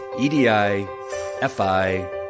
E-D-I-F-I